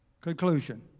Conclusion